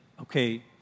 okay